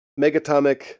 megatomic